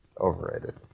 Overrated